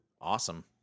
awesome